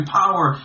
power